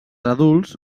adults